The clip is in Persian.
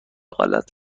غلط